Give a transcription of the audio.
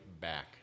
back